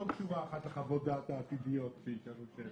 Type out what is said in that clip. עוד שורה אחת לחוות הדעת העתידיות כשיישאלו שאלות.